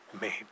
made